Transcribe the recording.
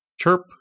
chirp